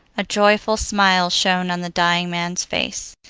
a joyful smile shone on the dying man's face.